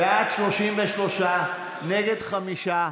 בעד, 33, נגד, חמישה.